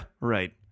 right